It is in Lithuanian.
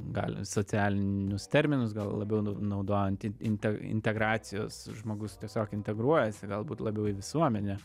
gali socialinius terminus gal labiau naudojant inte integracijos žmogus tiesiog integruojasi galbūt labiau į visuomenę